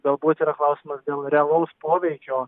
galbūt yra klausimas dėl realaus poveikio